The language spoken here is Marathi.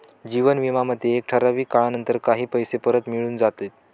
जीवन विमा मध्ये एका ठराविक काळानंतर काही पैसे परत मिळून जाता